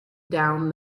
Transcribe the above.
down